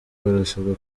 barasabwa